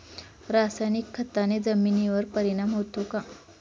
रासायनिक खताने जमिनीवर परिणाम होतो का?